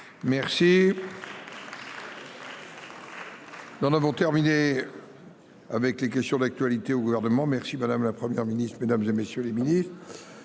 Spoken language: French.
Merci. Nous en avons terminé. Avec les questions d'actualité au gouvernement. Merci madame, la Première ministre, mesdames et messieurs les ministres.